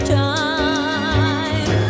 time